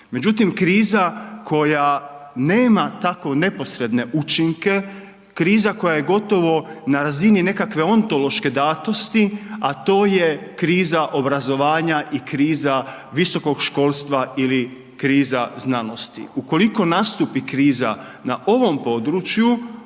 Međutim kriza koja nema takvu neposredne učinke, kriza koja je gotovo na razini nekakve ontološke datosti a to je kriza obrazovanja i kriza visokog školstva ili kriza znanosti. Ukoliko nastupi kriza na ovom području